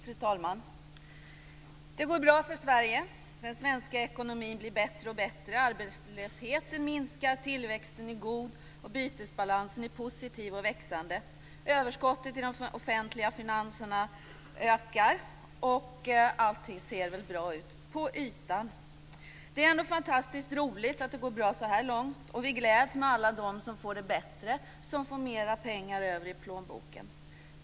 Fru talman! Det går bra för Sverige. Den svenska ekonomin blir bättre och bättre. Arbetslösheten minskar, tillväxten är god och den positiva bytesbalansen växer. Överskottet i de offentliga finanserna ökar och allting ser väl bra ut - på ytan. Det är ändå fantastiskt roligt att det går bra så här långt, och vi gläds med alla dem som får det bättre, som får mer pengar över i plånboken.